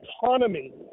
autonomy